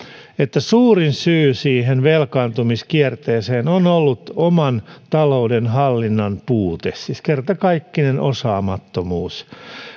että suurin syy velkaantumiskierteeseen on ollut oman talouden hallinnan puute siis kertakaikkinen osaamattomuus